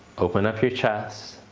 open up your chest.